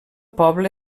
poble